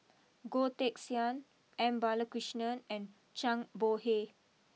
Goh Teck Sian M Balakrishnan and Zhang Bohe